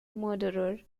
murderer